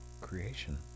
creation